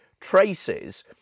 Traces